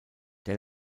der